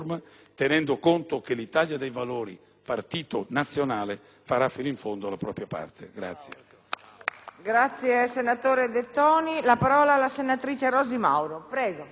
partito nazionale, farà fino in fondo la propria parte.